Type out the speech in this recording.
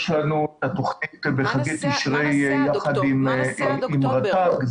יש לנו תכנית בחגי תשרי יחד עם רט"ג,